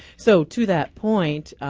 so to that point,